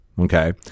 Okay